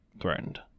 threatened